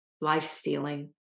life-stealing